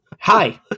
Hi